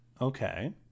Okay